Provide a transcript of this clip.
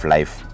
Life